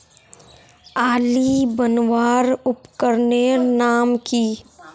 आली बनवार उपकरनेर नाम की?